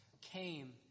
came